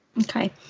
Okay